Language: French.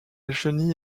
chenille